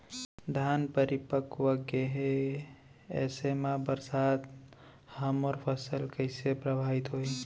धान परिपक्व गेहे ऐसे म बरसात ह मोर फसल कइसे प्रभावित होही?